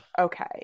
Okay